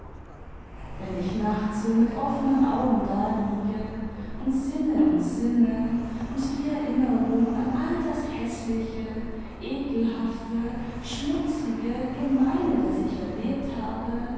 weim ich nachts so mit offenen augen daliege und sinne und sinne und die erinnerung an all das häßliche ekelhafte schmutzige gemeine das ich erlebt habe